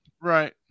Right